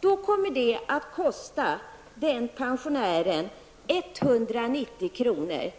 kommer det att kosta den pensionären 190 kr.